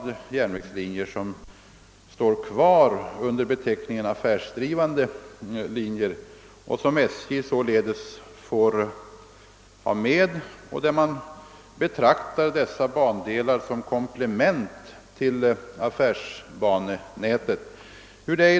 sådana järnvägslinjer står fortfarande kvar under beteckningen affärsdrivande linjer, och SJ får således driva dessa bandelar såsom komplement till affärsbanenätet.